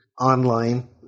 online